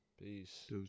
Peace